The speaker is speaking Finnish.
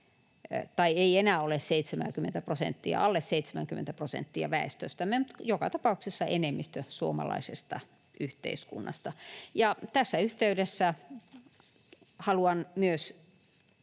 tai ei enää ole 70 prosenttia, alle 70 prosenttia, mutta joka tapauksessa enemmistö suomalaisesta yhteiskunnasta. Tässä yhteydessä haluan myös